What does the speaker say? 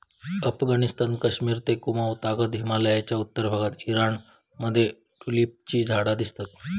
अफगणिस्तान, कश्मिर ते कुँमाउ तागत हिमलयाच्या उत्तर भागात ईराण मध्ये ट्युलिपची झाडा दिसतत